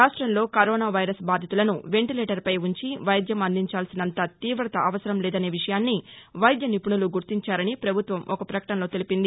రాష్టంలో corona virus బాధితులను వెంటిలేటర్పై ఉంచి వైద్యం అందించాల్సినంత తీవత అవసరం లేదనే విషయాన్ని వైద్య నిపుణులు గుర్తించారని ప్రపభుత్వం ఒక ప్రకటనలో తెలిపింది